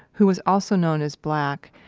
who was also known as black,